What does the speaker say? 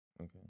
Okay